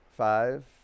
Five